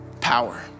power